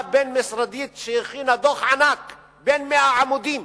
בין-משרדית שהכינה דוח ענק בן 100 עמודים,